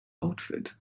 outfit